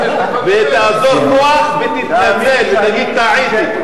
תאזור כוח ותתנצל ותגיד: טעיתי.